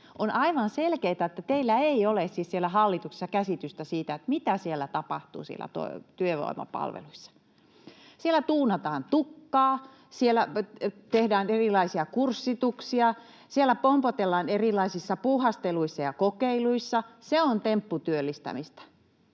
On aivan selkeätä, että teillä ei ole siellä hallituksessa käsitystä siitä, mitä siellä työvoimapalveluissa tapahtuu. Siellä tuunataan tukkaa, siellä tehdään erilaisia kurssituksia, siellä pompotellaan erilaisissa puuhasteluissa ja kokeiluissa. Se on tempputyöllistämistä.